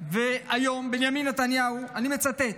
והיום בנימין נתניהו, אני מצטט: